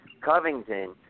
Covington